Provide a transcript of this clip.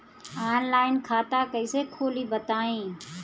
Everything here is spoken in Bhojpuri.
आनलाइन खाता कइसे खोली बताई?